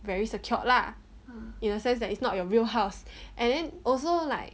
very secured lah in a sense that it's not your real house and then also like